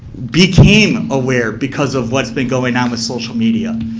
became aware because of what's been going on with social media.